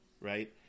right